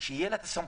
תהיה את הסמכות.